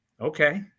Okay